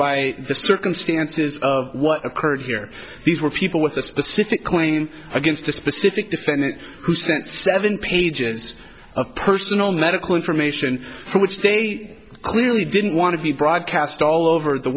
by the circumstances of what occurred here these were people with a specific claim against a specific defendant who sent seven pages of personal medical information for which they clearly didn't want to be broadcast all over the